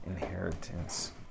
inheritance